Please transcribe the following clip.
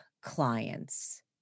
clients